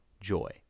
joy